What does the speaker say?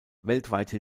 weltweite